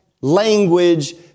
language